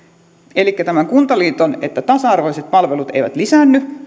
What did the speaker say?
elikkä tämän kuntaliiton lausunnon perusteella että tasa arvoiset palvelut eivät lisäänny